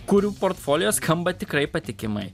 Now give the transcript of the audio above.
kurių portfolio skamba tikrai patikimai